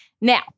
Now